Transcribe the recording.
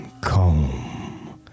calm